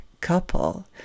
couple